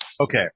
Okay